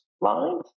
lines